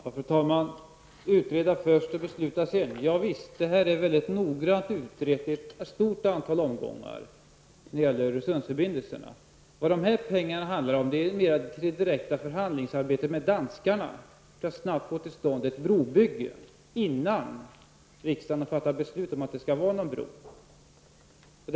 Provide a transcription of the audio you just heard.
Fru talman! Utreda först och besluta sedan -- javisst! Frågan om Öresundsförbindelserna har ju utretts mycket noggrant i ett stort antal omgångar. Men vad det handlar om när det gäller de här pengarna är direkta förhandlingar med danskarna för att det skall bli möjligt att snabbt få till stånd ett brobygge innan riksdagen har fattat beslut om att det skall vara en bro.